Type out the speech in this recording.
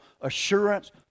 assurance